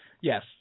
Yes